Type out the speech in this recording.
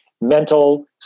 Mental